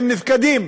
הם נפקדים.